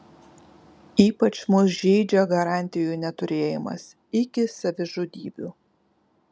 ypač mus žeidžia garantijų neturėjimas iki savižudybių